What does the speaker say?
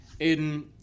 Aiden